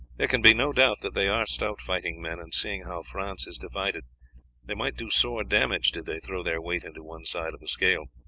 there can be no doubt that they are stout fighting-men, and seeing how france is divided they might do sore damage did they throw their weight into one side of the scale.